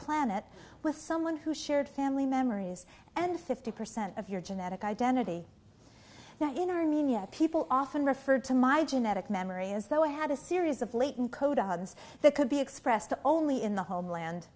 planet with someone who shared family memories and fifty percent of your genetic identity now in our nia people often referred to my genetic memory as though i had a series of latent co dogs that could be expressed only in the homeland